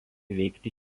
veikti